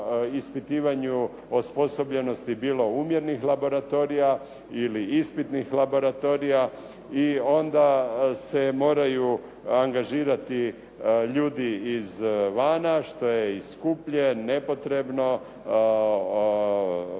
ispitivanju osposobljenosti bilo umjernih laboratorija ili ispitnih laboratorija i onda se moraju angažirati ljudi izvana, što je i skuplje, nepotrebno,